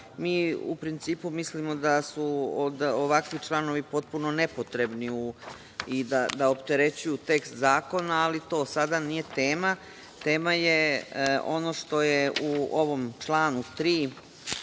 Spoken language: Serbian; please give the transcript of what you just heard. Mi, u principu, mislimo da su ovakvi članovi potpuno nepotrebni i da opterećuju tekst zakona, ali to sada nije tema. Tema je ono što je u ovom članu 3,